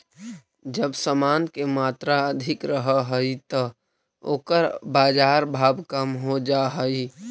जब समान के मात्रा अधिक रहऽ हई त ओकर बाजार भाव कम हो जा हई